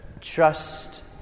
trust